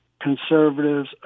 conservatives